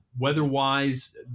Weather-wise